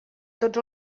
tots